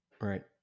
Right